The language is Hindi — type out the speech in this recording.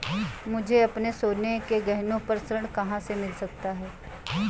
मुझे अपने सोने के गहनों पर ऋण कहाँ मिल सकता है?